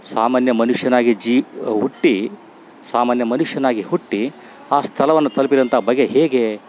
ಸಾಮಾನ್ಯ ಮನುಷ್ಯನಾಗಿ ಜೀ ಹುಟ್ಟಿ ಸಾಮಾನ್ಯ ಮನುಷ್ಯನಾಗಿ ಹುಟ್ಟಿ ಆ ಸ್ಥಳವನ್ನು ತಲುಪಿದಂಥ ಬಗೆ ಹೇಗೆ